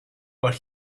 but